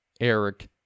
Eric